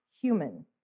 human